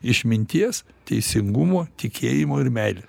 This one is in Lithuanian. išminties teisingumo tikėjimo ir meile